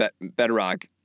Bedrock